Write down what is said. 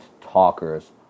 talkers